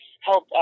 help